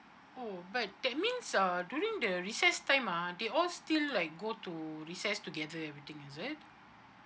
oh but that means uh during the recess time ah they all still like go to recess together everything is it